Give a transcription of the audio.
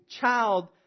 child